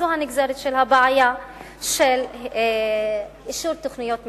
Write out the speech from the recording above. זו הנגזרת של הבעיה של אישור תוכניות מיתאר.